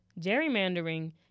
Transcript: Gerrymandering